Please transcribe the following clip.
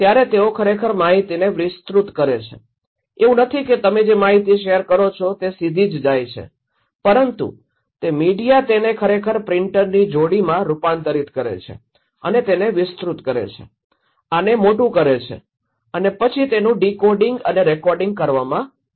ત્યારે તેઓ ખરેખર માહિતીને વિસ્તૃત કરે છે એવું નથી કે તમે જે માહિતી શેર કરો છો તે સીધી જ જાય છે પરંતુ તે મીડિયા તેને ખરેખર પ્રિન્ટરની જોડીમાં રૂપાંતરિત કરે છે અને તેને વિસ્તૃત કરે છે આને મોટું કરે છે અને પછી તેનું ડીકોડિંગ અને રિકોડિંગ કરવામાં આવે છે